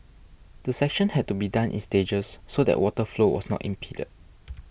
the section had to be done in stages so that water flow was not impeded